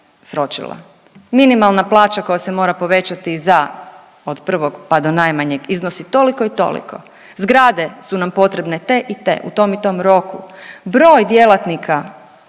minimalna plaća koja se mora povećati za od prvog, pa do najmanjeg iznosi toliko i toliko, zgrade su nam potrebne te i te u tom i tom roku, broj djelatnika